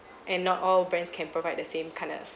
and not all brands can provide the same kind of